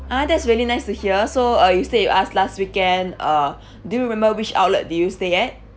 ah that's really nice to hear so uh you stayed with us last weekend uh do you remember which outlet did you stay at